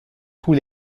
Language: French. tous